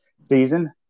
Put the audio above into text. season